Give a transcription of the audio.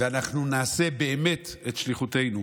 ואנחנו נעשה באמת את שליחותנו.